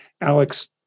Alex